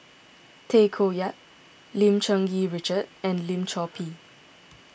Tay Koh Yat Lim Cherng Yih Richard and Lim Chor Pee